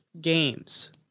games